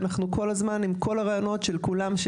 אנחנו כל הזמן עם כל הרעיונות של כולם,